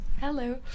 Hello